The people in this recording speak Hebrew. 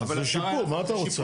אז זה שיפור, מה אתה רוצה?